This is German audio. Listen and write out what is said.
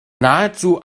nahezu